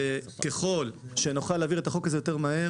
היא שככל שנוכל להעביר את החוק הזה יותר מהר,